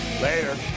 later